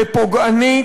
לפוגענית.